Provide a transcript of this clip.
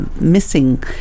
missing